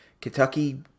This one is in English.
Kentucky